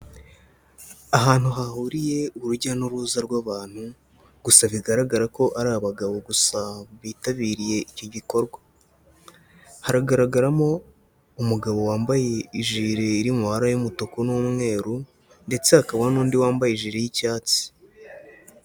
Ahantu hahuriye urujya n'uruza rw'abantu gusa bigaragara ko ari abagabo gusa bitabiriye icyo gikorwa, haragaragaramo umugabo wambaye ijiri iri mu mabara y'umutuku n'umweru ndetse hakaba n'undi wambaye ijiri y'icyatsi.